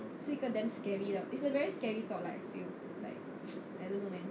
是一个 damn scary is a very scary thought I feel like I don't know man